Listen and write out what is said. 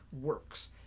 works